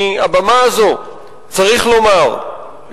מהבמה הזו צריך לומר,